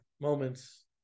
moments